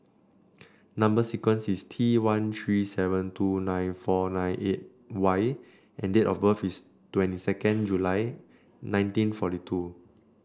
number sequence is T one three seven two nine four nine eight Y and date of birth is twenty second July nineteen forty two